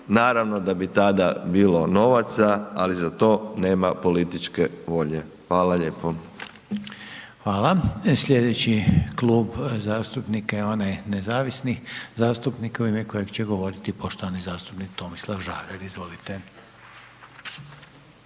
naravno da bi tada bilo novaca, ali za to nema političke volje. Hvala lijepo. **Reiner, Željko (HDZ)** Hvala. Slijedeći klub zastupnika je onaj nezavisnih zastupnika u ime kojeg će govoriti poštovani zastupnik Tomislav Žagar, izvolite.